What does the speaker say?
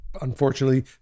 unfortunately